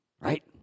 right